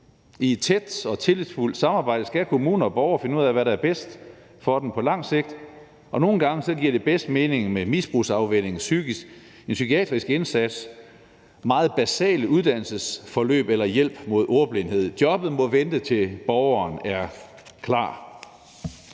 et tæt og tillidsfuldt samarbejde skal kommune og borger finde ud af, hvad der er bedst for den enkelte på lang sigt. Nogle gange giver det bedst mening med misbrugsafvænning, andre gange med en psykiatrisk indsats, meget basale uddannelsesforløb eller hjælp mod ordblindhed. Jobbet må vente, til borgeren er klar.